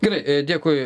gerai dėkui